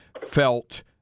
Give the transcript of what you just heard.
felt